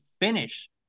finish